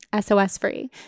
SOS-free